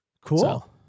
Cool